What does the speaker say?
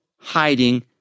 hiding